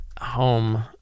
home